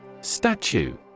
Statue